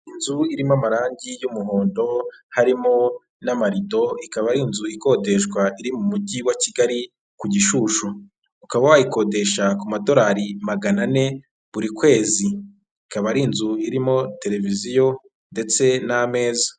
Inzu irimo amarangi y'umuhondo harimo n'amarido, ikaba ari inzu ikodeshwa iri mu mujyi wa Kigali ku Gishushu, ukaba wayikodesha ku madolari magana ane buri kwezi, ikaba ari inzu irimo televiziyo ndetse n'ameza.